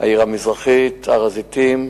העיר המזרחית, הר-הזיתים.